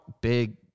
big